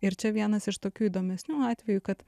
ir čia vienas iš tokių įdomesnių atvejų kad